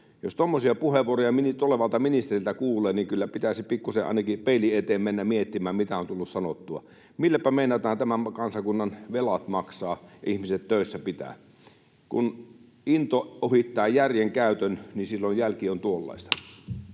Jos tuommoisia puheenvuoroja tulevalta ministeriltä kuulee, niin kyllä pitäisi pikkuisen ainakin peilin eteen mennä miettimään, mitä on tullut sanottua. Milläpä meinataan tämän kansakunnan velat maksaa, ihmiset töissä pitää? Kun into ohittaa järjenkäytön, niin silloin jälki on tuollaista.